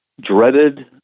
dreaded